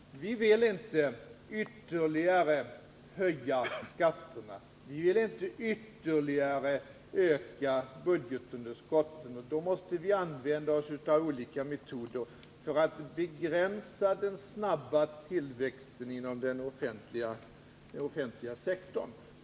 Vi vill inte ytterligare höja skatterna, och vi vill inte ytterligare öka budgetun derskotten. Då måste vi använda oss av olika metoder för att begränsa den snabba tillväxten inom den offentliga sektorn.